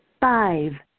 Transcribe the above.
Five